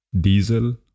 diesel